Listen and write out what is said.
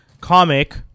comic